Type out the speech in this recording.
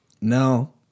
no